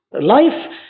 Life